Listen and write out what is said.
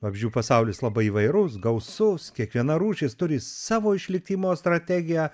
vabzdžių pasaulis labai įvairus gausus kiekviena rūšis turi savo išlikimo strategiją